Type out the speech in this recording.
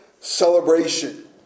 celebration